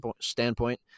standpoint